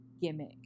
gimmick